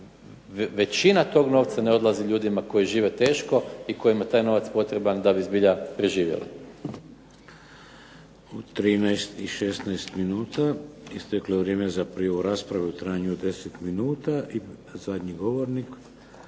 većina tog novca ne odlazi ljudima koji žive teško i kojima je taj novac potreban da bi zbilja preživjeli. **Šeks, Vladimir (HDZ)** U 13 i 16 minuta isteklo je vrijeme za prijavu za raspravu u trajanju od 10 minuta i zadnji govornik